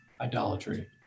idolatry